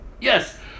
Yes